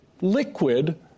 liquid